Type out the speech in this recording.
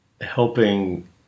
helping